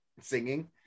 singing